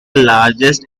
largest